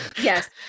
Yes